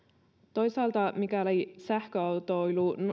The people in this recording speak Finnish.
toisaalta mikäli sähköautoilu